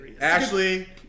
Ashley